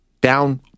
Down